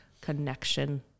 connection